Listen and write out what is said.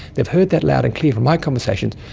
they've heard that loud and clear from my conversations,